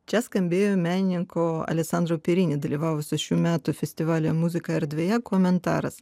čia skambėjo menininko aleksandro pirini dalyvavusio šių metų festivalyje muzika erdvėje komentaras